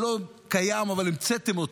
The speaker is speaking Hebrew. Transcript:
שלא קיים, אבל המצאתם אותו,